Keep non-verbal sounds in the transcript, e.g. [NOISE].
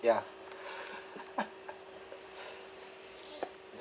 ya [LAUGHS]